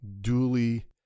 duly